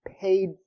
paid